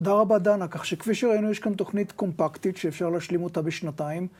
תודדה רבה דנה, כך שכפי שראינו יש כאן תוכנית קומפקטית שאפשר להשלים אותה בשנתיים.